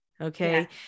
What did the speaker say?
Okay